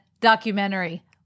documentary